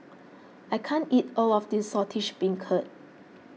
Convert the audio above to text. I can't eat all of this Saltish Beancurd